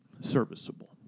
serviceable